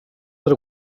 that